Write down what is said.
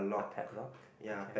a padlock okay